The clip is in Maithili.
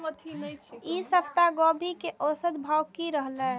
ई सप्ताह गोभी के औसत भाव की रहले?